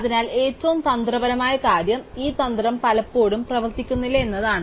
അതിനാൽ ഏറ്റവും തന്ത്രപരമായ കാര്യം ഈ തന്ത്രം പലപ്പോഴും പ്രവർത്തിക്കുന്നില്ല എന്നതാണ്